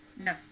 no